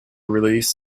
release